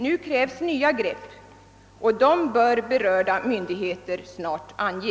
Nu krävs nya grepp, och de greppen bör berörda myndigheter snart ange.